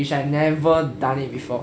which I've never done it before